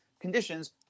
conditions